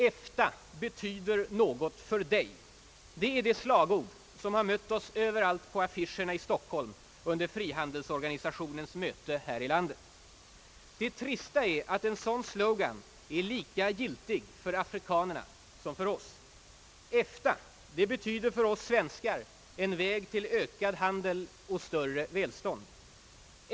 »EFTA betyder något för dig.« Det är det slagord som har mött oss över allt på affischer i Stockholm under frihandelsorganisationens möte här i landet. Det trista är, att en sådan slogan är lika giltig för afrikanerna som för oss. EFTA betyder för oss svenskar en väg till ökad handel och större välstånd.